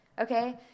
Okay